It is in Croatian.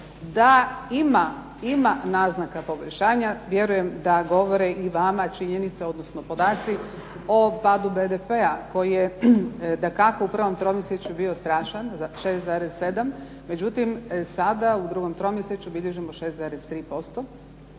Da ima naznaka poboljšanja vjerujem da govore i vama činjenice odnosno podaci o padu BDP-a koji je dakako u prvom tromjesečju bio strašan za 6,7. Međutim, sada u drugom tromjesečju bilježimo 6,3%